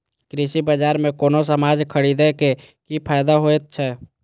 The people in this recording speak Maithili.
कृषि बाजार में कोनो सामान खरीदे के कि फायदा होयत छै?